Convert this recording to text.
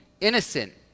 innocent